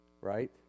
Right